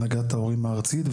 הנהגת ההורים הארצית,